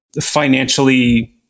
financially